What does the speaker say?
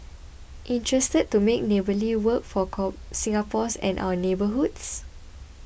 interested to make neighbourly work for Singapores and our neighbourhoods